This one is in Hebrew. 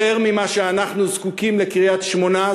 יותר ממה שאנחנו זקוקים לקריית-שמונה,